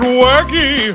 wacky